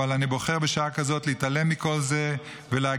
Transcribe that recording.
אבל אני בוחר בשעה כזאת להתעלם מכל זה ולהגיד